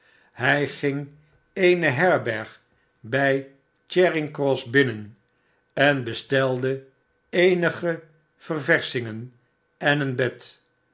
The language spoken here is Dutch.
hij ging eene herberg bij charing cross bmnen en bestelde eenige ververschingen en een bed